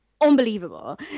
unbelievable